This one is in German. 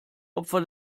opfer